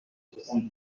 soixante